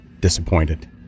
disappointed